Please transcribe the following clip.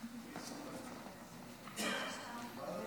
תודה, אדוני